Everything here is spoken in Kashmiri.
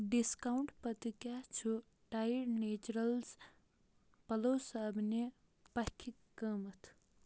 ڈِسکاوُنٛٹ پَتہٕ کیٛاہ چھُ ٹایِڈ نیچرَلز پَلو سابنہِ پَکھِ قۭمتھ